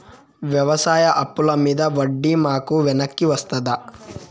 వ్యవసాయ అప్పుల మీద వడ్డీ మాకు వెనక్కి వస్తదా?